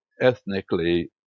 ethnically